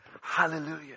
Hallelujah